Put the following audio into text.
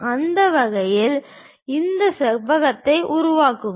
அந்த வகையில் இந்த செவ்வகத்தை உருவாக்குங்கள்